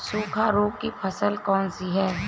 सूखा रोग की फसल कौन सी है?